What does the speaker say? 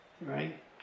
Right